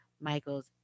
Michael's